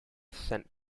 sent